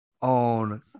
on